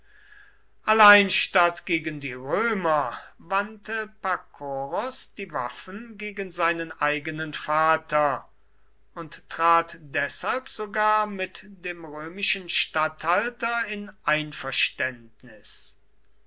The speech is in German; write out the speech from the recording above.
allein statt gegen die römer wandte pakoros die waffen gegen seinen eigenen vater und trat deshalb sogar mit dem römischen statthalter in einverständnis